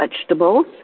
vegetables